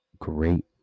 great